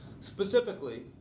Specifically